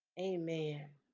amen